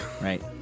right